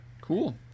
Cool